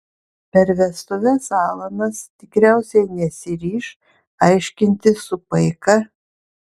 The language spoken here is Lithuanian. per vestuves alanas tikriausiai nesiryš aiškintis su paika